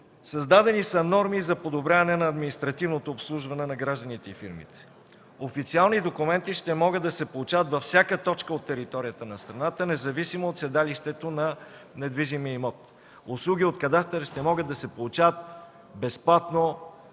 Създадени са норми за подобряване на административното обслужване на гражданите и фирмите. Официални документи ще могат да се получават във всяка точка от територията на страната, независимо от седалището на недвижимия имот. Услуги от кадастъра ще могат да се получават безплатно